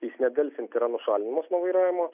jis nedelsiant yra nušalinamas nuo vairavimo